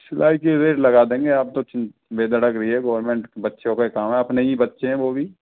सिलाई की रेट लगा देंगे आप तो ठीक बेधड़क रहिये गोर्मेंट बच्चों का ही काम है अपने ही बच्चे हैं वो भी